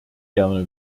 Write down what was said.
gerne